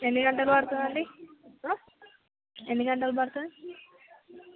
ఎన్ని గంటలు పడుతుంది అండి ఎన్ని గంటలు పడుతుంది